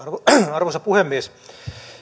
arvoisa puhemies